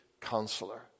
counselor